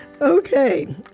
Okay